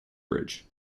bridge